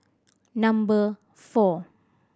number four